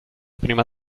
prima